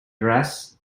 dress